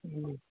جی